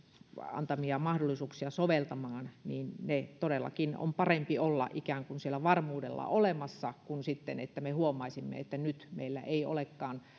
antamia mahdollisuuksia soveltamaan niin ne todellakin on parempi olla ikään kuin siellä varmuudeksi olemassa kuin sitten että me huomaisimme että nyt meillä ei olekaan